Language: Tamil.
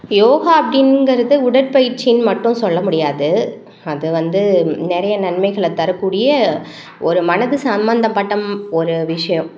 யோகா அப்படிங்கிறது உடற்பயிற்சின்னு மட்டும் சொல்ல முடியாது அது வந்து நிறைய நன்மைகளை தரக்கூடிய ஒரு மனது சம்பந்தப்பட்ட ஒரு விஷயம்